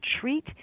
treat